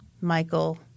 Michael